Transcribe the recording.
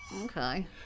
Okay